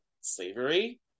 slavery